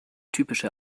typische